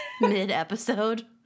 mid-episode